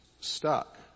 stuck